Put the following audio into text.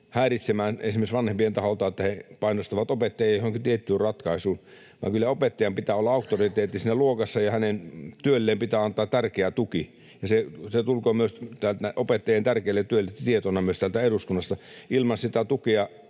häiritsemään esimerkiksi vanhempien taholta, että he painostavat opettajia johonkin tiettyyn ratkaisuun, vaan kyllä opettajan pitää olla auktoriteetti siinä luokassa ja hänen työlleen pitää antaa tärkeä tuki, ja se tulkoon opettajien tärkeän työn osalta tiedoksi myös täältä eduskunnasta. Ilman sitä tukea